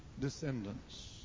descendants